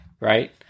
Right